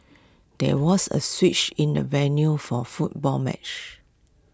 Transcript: there was A switch in the venue for football match